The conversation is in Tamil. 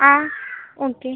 ஆ ஓகே